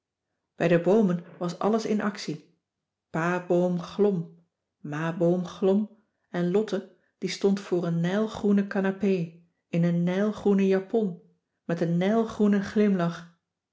bij de boomen was alles in actie pa boom glom ma boom glom en lotte die stond voor een nijlgroene canapé in een nijlgroene japon met een nijlgroene glimlach